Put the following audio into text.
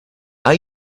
are